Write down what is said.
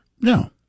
No